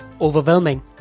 overwhelming